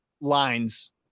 lines